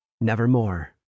nevermore